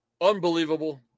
unbelievable